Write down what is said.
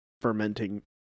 fermenting